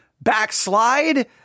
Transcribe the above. backslide